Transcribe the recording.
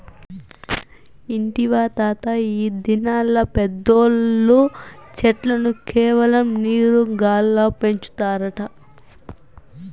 ఇంటివా తాతా, ఈ దినాల్ల పెద్దోల్లు చెట్లను కేవలం నీరు గాల్ల పెంచుతారట